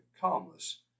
calmness